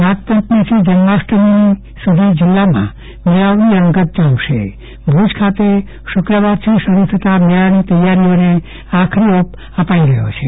નાગપાંચમીથી જન્માષ્ટમી સુધી જિલ્લામાં મેળાઓની રંગત જામશે ભુજ ખાતે શુક્રવારથી શરૂ થતા મેળાની તેયારીઓને આખરી ઓપ અપાઈ રહ્યો છે